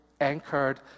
anchored